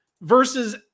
versus